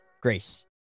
grace